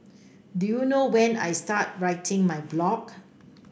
do you know when I started writing my blog